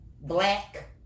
black